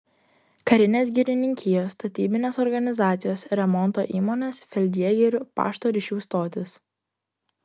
karinės girininkijos statybinės organizacijos remonto įmonės feldjėgerių pašto ryšių stotys